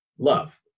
love